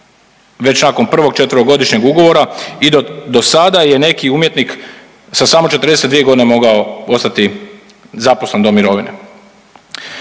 Već nakon prvog četverogodišnjeg ugovora i do sada je neki umjetnik sa samo 42 godine mogao ostati zaposlen do mirovine.